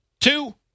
two